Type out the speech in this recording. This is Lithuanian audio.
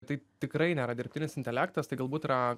tai tikrai nėra dirbtinis intelektas tai galbūt yra